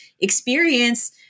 experience